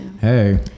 hey